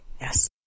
Yes